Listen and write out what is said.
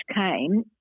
came